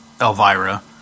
Elvira